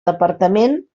departament